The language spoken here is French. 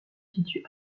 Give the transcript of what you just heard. situe